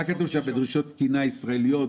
מה כתוב שם בדרישות תקינה ישראליות?